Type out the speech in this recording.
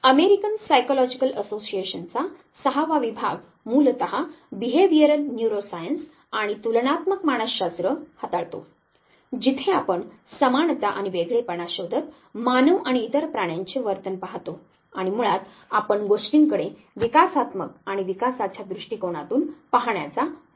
American psychological असोसिएशनचा सहावा विभाग मूलतः बिहेव्हीयरल न्यूरोसायन्स आणि तुलनात्मक मानसशास्त्र हाताळतो जिथे आपण समानता आणि वेगळेपणा शोधत मानव आणि इतर प्राण्यांचे वर्तन पाहतो आणि मुळात आपण गोष्टींकडे विकासात्मक आणि विकासाच्या दृष्टीकोनातून पाहण्याचा प्रयत्न करतो